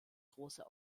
große